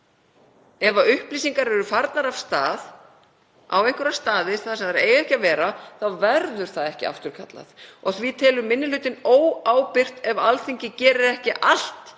Ef upplýsingar eru farnar af stað á einhverja staði þar sem þær eiga ekki að vera þá verður það ekki afturkallað. Því telur minni hlutinn óábyrgt ef Alþingi gerir ekki allt